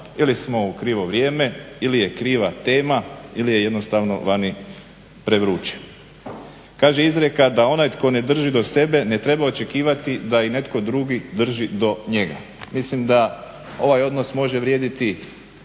ili smo u krivo vrijeme ili je kriva tema ili je jednostavno vani prevruće. Kaže izrijeka da onaj tko ne drži do sebe ne treba očekivati da i netko drži do njega. Mislim da ovaj odnos može vrijediti